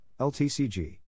LTCG